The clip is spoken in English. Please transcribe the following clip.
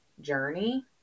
journey